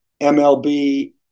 MLB